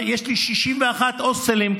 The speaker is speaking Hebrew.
יש לי 61 הוסטלים,